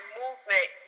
movement